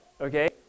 okay